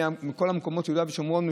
ובכל המקומות ביהודה ושומרון,